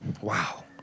Wow